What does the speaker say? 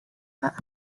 her